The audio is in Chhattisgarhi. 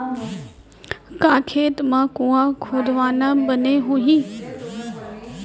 का खेत मा कुंआ खोदवाना बने होही?